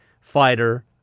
fighter